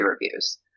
reviews